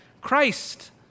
Christ